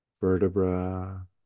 vertebra